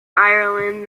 ireland